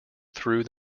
through